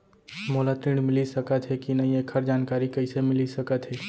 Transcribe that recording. मोला ऋण मिलिस सकत हे कि नई एखर जानकारी कइसे मिलिस सकत हे?